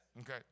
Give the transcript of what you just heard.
Okay